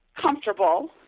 comfortable